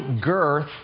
girth